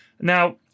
Now